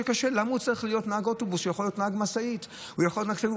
למה הוא צריך להיות נהג אוטובוס היום כשהוא יכול להיות נהג משאית?